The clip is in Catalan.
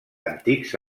antics